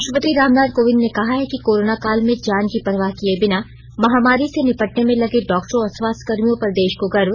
राष्ट्रपति रामनाथ कोविंद ने कहा है कि कोरोना काल में जान की परवाह किए बिना महामारी से निपटने में लगे डॉक्टरों और स्वास्थ्य कर्मियों पर देश को गर्व